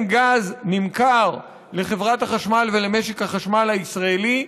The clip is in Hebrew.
גז נמכר לחברת החשמל ולמשק החשמל הישראלי,